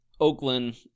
Oakland